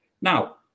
Now